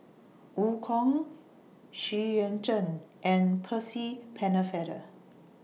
EU Kong Xu Yuan Zhen and Percy Pennefather